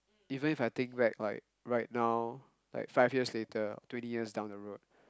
even if I think back like right now like five years later or twenty years down the road